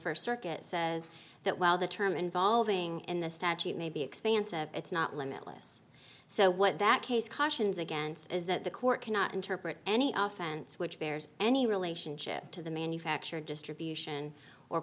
first circuit says that while the term involving in the statute may be expansive it's not limitless so what that case cautions against is that the court cannot interpret any offense which bears any relationship to the manufacture distribution or